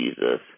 Jesus